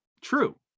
true